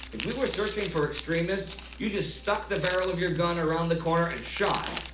if we were searching for extremists, you just stuck the barrel of your gun around the corner and shot.